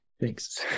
Thanks